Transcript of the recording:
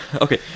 Okay